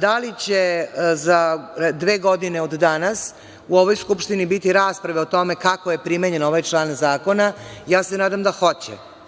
Da li će za dve godine od danas, u ovoj Skupštini biti rasprave o tome kako je primenjen ovaj član zakona? Nadam se da hoće.